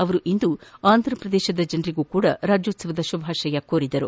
ಅವರು ಇಂದು ಆಂಧ್ಯಪ್ರದೇಶದ ಜನರಿಗೂ ಸಹ ರಾಜ್ಣೋತ್ಸವದ ಶುಭಾಷಯ ಕೋರಿದರು